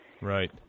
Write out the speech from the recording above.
Right